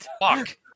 Fuck